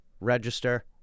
register